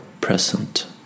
present